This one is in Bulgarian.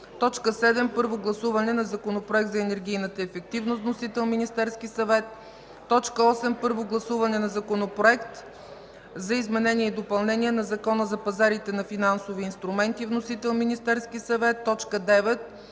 7. Първо гласуване на Законопроект за енергийната ефективност. Вносител: Министерският съвет. 8. Първо гласуване на Законопроект за изменение и допълнение на Закона за пазарите на финансови инструменти. Вносител: Министерският съвет. 9.